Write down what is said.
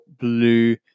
blue